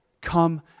come